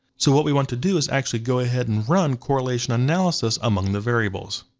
so what we want to do is actually go ahead and run correlation analysis among the variables.